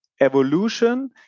Evolution